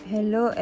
Hello